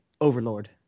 Overlord